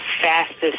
Fastest